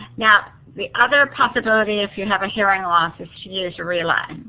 now, the other possibility if you have a hearing loss is to use relay.